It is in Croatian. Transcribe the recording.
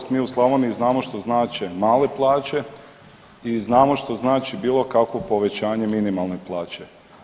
Na žalost mi u Slavoniji znamo što znače male plaće i znamo što znači bilo kakvo povećanje minimalne plaće.